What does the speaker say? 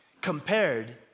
compared